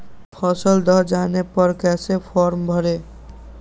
फसल दह जाने पर कैसे फॉर्म भरे?